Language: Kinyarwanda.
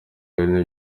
rero